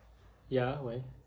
ya why